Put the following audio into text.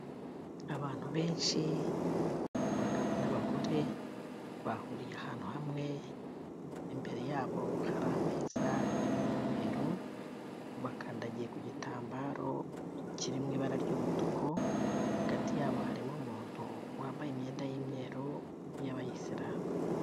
Abantu benshi b'abagabo n'abagore, bahuriye ahantu hamwe, imbere yabo hari ameza y'umweru, bakandagiye ku gitambaro kiri mu ibara ry'umutuku, hagati yabo harimo umuntu wambaye imyenda y'imyeru y'abayisilamu.